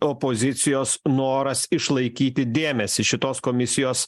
opozicijos noras išlaikyti dėmesį šitos komisijos